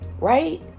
Right